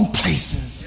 places